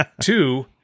Two